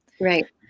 Right